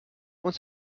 und